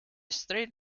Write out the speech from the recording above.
strait